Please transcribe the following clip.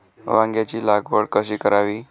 वांग्यांची लागवड कशी करावी?